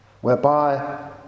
whereby